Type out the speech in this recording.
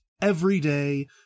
everyday